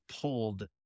pulled